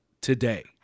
today